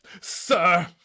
sir